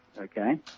Okay